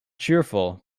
cheerful